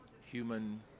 human